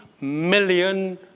million